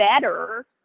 better